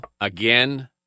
again